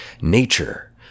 nature